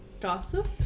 Gossip